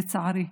לצערי: